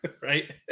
Right